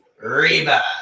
Reba